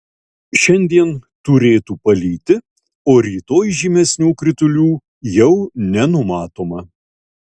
šiandien turėtų palyti o rytoj žymesnių kritulių jau nenumatoma